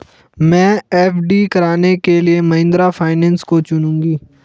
मैं एफ.डी कराने के लिए महिंद्रा फाइनेंस को चुनूंगी